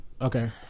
okay